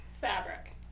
Fabric